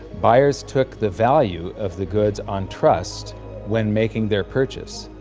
buyers took the value of the goods on trust when making their purchase.